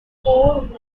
fourth